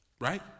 Right